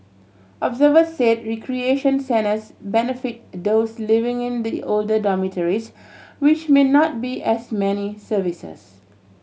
observers said recreation centres benefit those living in the older dormitories which may not be as many services